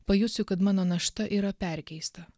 pajusiu kad mano našta yra perkeista